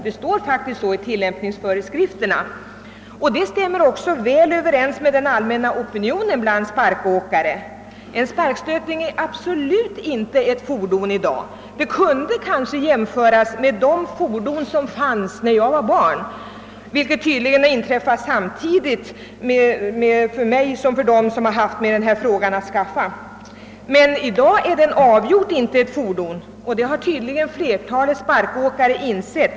Det står faktiskt så i tillämpningsföreskrifterna, och det stämmer också väl överens med den allmänna opinionen bland sparkåkare. En sparkstötting är absolut inte ett fordon i dag. Sparkstöttingen kunde kanske jämföras med de fordon som fanns när jag var barn — och på den tiden var tydligen även de, som nu haft med denna fråga att skaffa, i barnaåldern. Men i dag är sparkstöttingen avgjort inte ett fordon, och detta har tydligen flertalet sparkåkare insett.